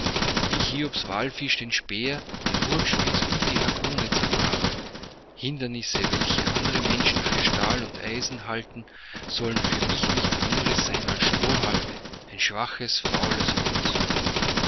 wie hiobs wallfisch den speer den wurfspieß und die harpune zerbrach hindernisse welche andere menschen für stahl und eisen halten sollen für mich nichts anderes sein als strohhalme als schwaches faules holz